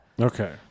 Okay